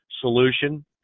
solution